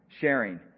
sharing